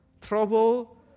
trouble